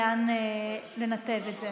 לאן לנתב את זה.